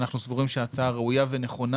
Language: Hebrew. אנחנו סבורים שההצעה ראויה ונכונה.